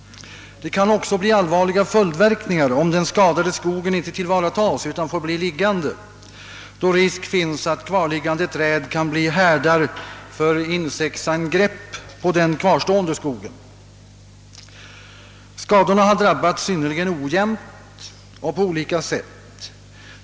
Vidare kan allvarliga följdverkningar uppstå om den skadade skogen inte tillvaratas utan får bli liggande, eftersom risk finns att kvarliggande träd kan bli härdar för insektsangrepp på den kvarstående skogen. Skadorna har drabbat synnerligen ojämnt och på olika sätt.